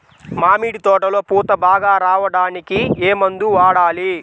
మామిడి తోటలో పూత బాగా రావడానికి ఏ మందు వాడాలి?